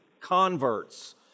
converts